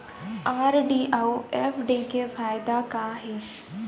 RD अऊ FD के फायेदा का हे?